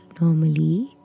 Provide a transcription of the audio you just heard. normally